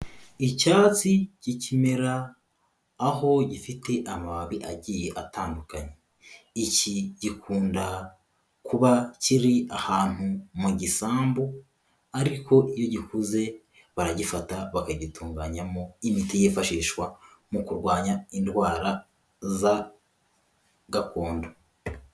Icyatsi cy'ikimera aho gifite amababi agiye atandukanye, iki gikunda kuba kiri ahantu mu gisambu ariko iyo gikuze baragifata bakagitunganyamo imiti yifashishwa mu kurwanya indwara za gakondo.